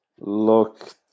Look